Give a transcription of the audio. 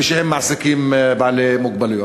כשהם מעסיקים בעלי מוגבלויות.